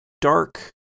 dark